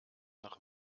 nach